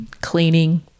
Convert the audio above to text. cleaning